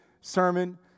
sermon